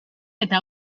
eta